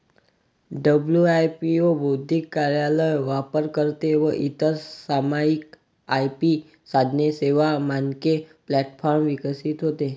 WIPO बौद्धिक कार्यालय, वापरकर्ते व इतर सामायिक आय.पी साधने, सेवा, मानके प्लॅटफॉर्म विकसित होते